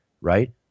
right